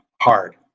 hard